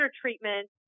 treatment